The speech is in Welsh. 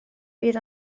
bydd